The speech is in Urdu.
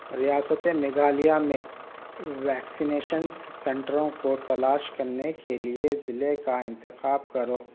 ریاست میگھالیہ میں ویکسینیشن سنٹروں کو تلاش کرنے کے لیے ضلع کا انتخاب کرو